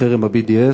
בחרם ה-BDS,